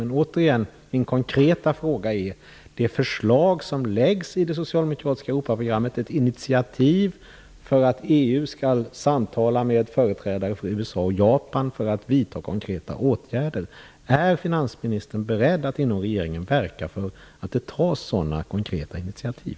Men återigen, min konkreta fråga gäller det förslag som läggs i det socialdemokratiska Europaprogrammet, ett initiativ till att EU skall samtala med företrädare för USA och Japan för att konkreta åtgärder skall vidtas: Är finansministern beredd att inom regeringen verka för att det tas sådana konkreta initiativ?